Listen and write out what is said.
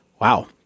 Wow